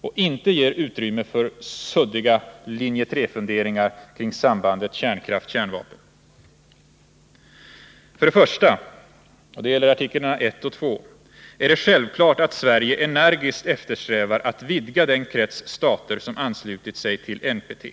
och inte ger utrymme för suddiga linje 3-funderingar kring sambandet mellan kärnkraft och kärnvapen. För det första — artiklarna 1 och 2 — är det självklart att Sverige energiskt eftersträvar att vidga den krets stater som anslutit sig till NPT.